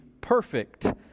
perfect